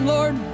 Lord